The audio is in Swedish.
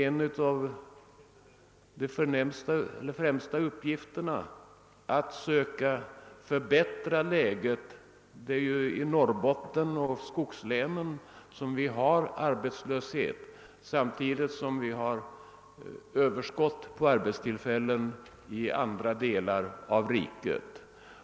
En av våra främsta uppgifter är just att försöka förbättra läget. Det är i Norrbotten och övriga skogslän som vi har arbetslöshet samtidigt som vi har överskott på arbetstillfällen i andra delar av riket.